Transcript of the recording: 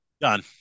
Done